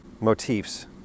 Motifs